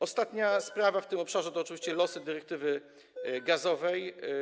Ostatnia sprawa w tym obszarze to oczywiście losy dyrektywy gazowej.